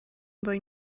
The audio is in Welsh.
ddwy